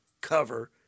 cover